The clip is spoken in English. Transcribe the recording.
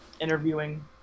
interviewing